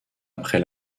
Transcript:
après